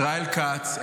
ישראל כץ,